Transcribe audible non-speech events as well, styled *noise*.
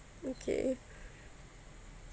okay *breath*